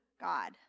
God